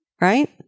right